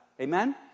Amen